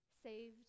Saved